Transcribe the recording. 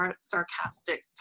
sarcastic